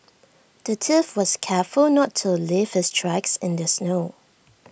the thief was careful not to leave his tracks in the snow